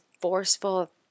forceful